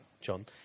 John